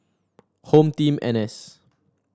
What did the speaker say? Home Team N S